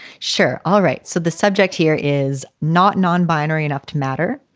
sure. all right. so the subject here is not non-binary enough to matter.